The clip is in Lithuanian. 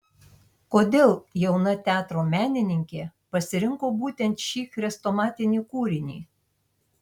kodėl jauna teatro menininkė pasirinko būtent šį chrestomatinį kūrinį